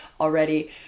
already